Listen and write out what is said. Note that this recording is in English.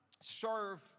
serve